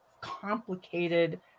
complicated